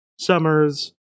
Summers